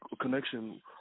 connection